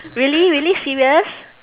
really really serious